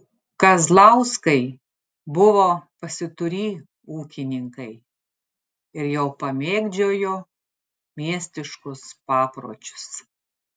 kazlauskai buvo pasiturį ūkininkai ir jau pamėgdžiojo miestiškus papročius